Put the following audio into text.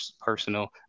personal